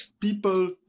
people